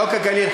חוק הגליל.